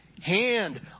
hand